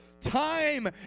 time